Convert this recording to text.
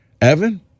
Evan